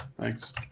Thanks